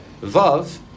Vav